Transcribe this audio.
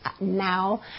now